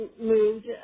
moved